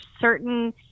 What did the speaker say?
certain